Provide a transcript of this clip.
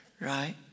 right